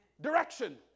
direction